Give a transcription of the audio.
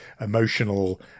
emotional